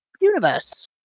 universe